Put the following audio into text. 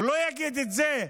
הוא לא יגיד את זה,